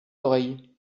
oreilles